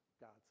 God's